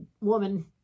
woman